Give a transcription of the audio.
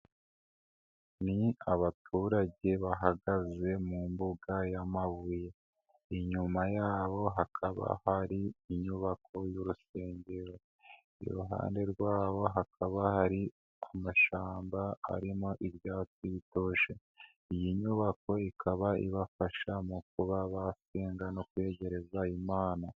Ni abaturage bahagaze mu mbuga y'amabuye, inyuma yabo hakaba hari inyubako y'urusengero, iruhande rwabo hakaba hari amashyamba arimo ibyatsi bitoshye, iyi nyubako ikaba ibafasha mu kuba basenga no kweyegereza Imana.